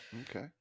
okay